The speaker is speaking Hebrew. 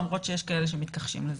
למרות שיש כאלה שמתכחשים לזה.